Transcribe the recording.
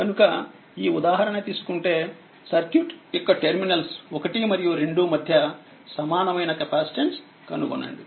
కనుకఈ ఉదాహరణ తీసుకుంటే సర్క్యూట్ యొక్క టెర్మినల్స్ 1మరియు2 మధ్య సమానమైన కెపాసిటన్స్ కనుగొనండి